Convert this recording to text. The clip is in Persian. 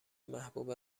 محبوب